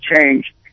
change